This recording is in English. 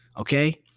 okay